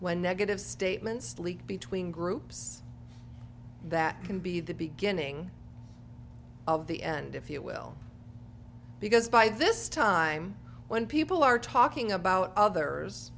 when negative statements leak between groups that can be the beginning of the end if you will because by this time when people are talking about others